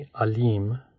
alim